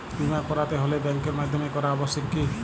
বিমা করাতে হলে ব্যাঙ্কের মাধ্যমে করা আবশ্যিক কি?